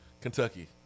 Kentucky